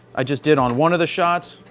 i just did on one of the shots.